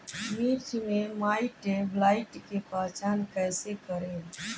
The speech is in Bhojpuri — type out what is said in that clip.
मिर्च मे माईटब्लाइट के पहचान कैसे करे?